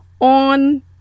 on